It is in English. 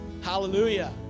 Hallelujah